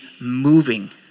moving